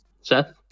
Seth